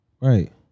Right